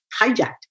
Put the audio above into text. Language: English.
hijacked